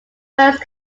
first